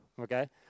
okay